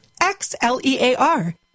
X-L-E-A-R